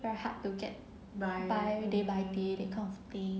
very hard to get by day by day that kind of thing